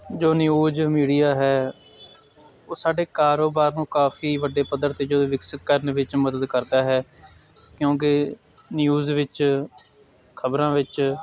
ਜੋ news media ਹੈ ਉਹ ਸਾਡੇ ਕਾਰੋਬਾਰ ਨੂੰ ਕਾਫੀ ਵੱਡੇ ਪੱਧਰ 'ਤੇ ਜੋ ਏ ਵਿਕਸਿਤ ਕਰਨ ਵਿੱਚ ਮਦਦ ਕਰਦਾ ਹੈ ਕਿਉਂਕਿ ਨਿਊਜ਼ ਵਿੱਚ ਖਬਰਾਂ ਵਿੱਚ